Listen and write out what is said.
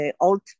old